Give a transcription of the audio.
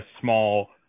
small